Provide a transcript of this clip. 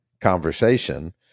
conversation